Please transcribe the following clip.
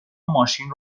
ماشین